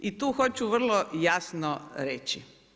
I tu hoću vrlo jasno reći.